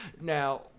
Now